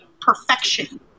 perfection